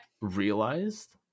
realized